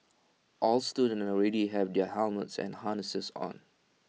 all students already have their helmets and harnesses on